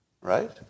right